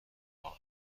آرد